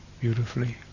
beautifully